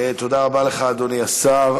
תודה רבה לך, אדוני השר.